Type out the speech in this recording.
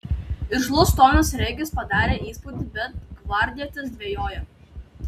irzlus tonas regis padarė įspūdį bet gvardietis dvejojo